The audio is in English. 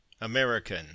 American